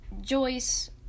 Joyce